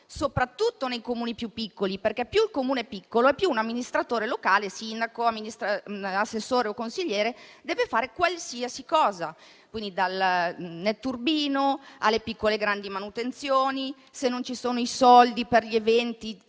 soprattutto nei Comuni più piccoli, perché più il Comune è piccolo, più un amministratore locale (sindaco, assessore o consigliere) deve occuparsi di ogni genere di cosa: dal netturbino alle piccole e grandi manutenzioni; se non ci sono i soldi per gli eventi